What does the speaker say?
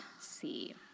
see